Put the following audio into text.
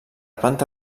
planta